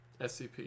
SCP